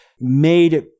made